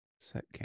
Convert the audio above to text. set